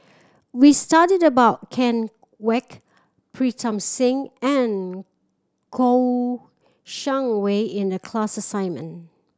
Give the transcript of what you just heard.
we studied about Ken Kwek Pritam Singh and Kouo Shang Wei in the class assignment